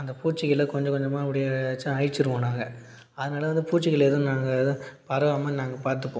அந்த பூச்சிகளை கொஞ்சம் கொஞ்சமாக அப்படியே வச்சு அழித்திருவோம் நாங்கள் அதனால பூச்சிகளை வந்து எதுவும் நாங்கள் பரவாமல் நாங்கள் பார்த்துப்போம்